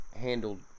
handled